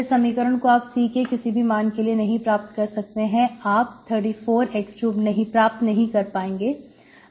इस समीकरण को आप C के किसी भी मान के लिए नहीं प्राप्त कर सकते हैं आप 34x2 प्राप्त नहीं कर पाएंगे